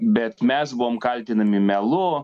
bet mes buvome kaltinami melu